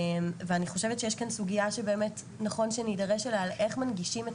לכן יש כאן סוגיה שנכון שנידרש לה איך מנגישים את